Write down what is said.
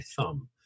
thumb